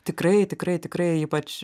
tikrai tikrai tikrai ypač